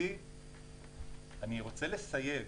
אני רוצה לסייג: